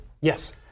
Yes